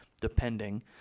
depending